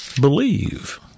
believe